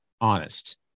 honest